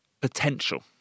potential